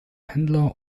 händler